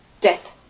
Death